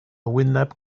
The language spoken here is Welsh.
wyneb